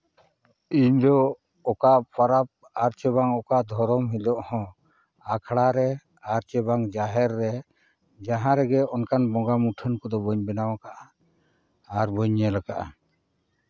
ᱤᱧᱫᱚ ᱚᱠᱟ ᱯᱚᱨᱚᱵᱽ ᱟᱨ ᱪᱮ ᱚᱠᱟ ᱫᱷᱚᱨᱚᱢ ᱦᱤᱞᱚᱜ ᱦᱚᱸ ᱟᱠᱷᱲᱟ ᱨᱮ ᱟᱨ ᱪᱮ ᱵᱟᱝ ᱡᱟᱦᱮᱨ ᱨᱮ ᱡᱟᱦᱟᱸ ᱨᱮᱜᱮ ᱚᱱᱠᱟᱱ ᱵᱚᱸᱜᱟ ᱢᱩᱴᱷᱟᱹᱱ ᱠᱚᱫᱚ ᱵᱟᱹᱧ ᱵᱮᱱᱟᱣ ᱠᱟᱜᱼᱟ ᱟᱨ ᱵᱹᱧ ᱧᱮᱞ ᱠᱟᱜᱼᱟ